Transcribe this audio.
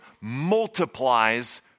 multiplies